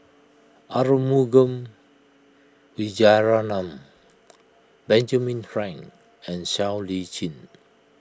Arumugam Vijiaratnam Benjamin Frank and Siow Lee Chin